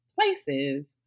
places